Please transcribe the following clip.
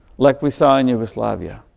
like we saw in yugoslavia.